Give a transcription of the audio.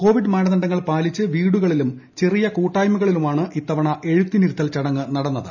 Covid മാനദണ്ഡങ്ങൾ പാലിച്ച് വീടുകളിലും ചെറിയ കൂട്ടായ്മകളിലുമാണ് ഇത്തവണ എഴുത്തിനിരുത്തൽ ചടങ്ങ് നടന്നത്